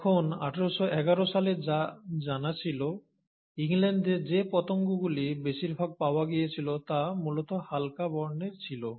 তখন 1811 সালে যা জানা ছিল ইংল্যান্ডে যে পতঙ্গগুলি বেশিরভাগ পাওয়া গিয়েছিল তা মূলত হালকা বর্ণের ছিল